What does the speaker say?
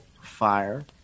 fire